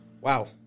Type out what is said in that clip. wow